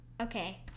Okay